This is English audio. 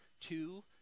two